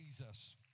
Jesus